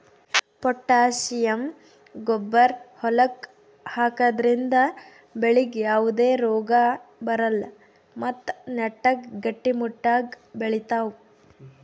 potassium ಗೊಬ್ಬರ್ ಹೊಲಕ್ಕ್ ಹಾಕದ್ರಿಂದ ಬೆಳಿಗ್ ಯಾವದೇ ರೋಗಾ ಬರಲ್ಲ್ ಮತ್ತ್ ನೆಟ್ಟಗ್ ಗಟ್ಟಿಮುಟ್ಟಾಗ್ ಬೆಳಿತಾವ್